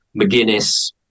McGuinness